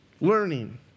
learning